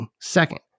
second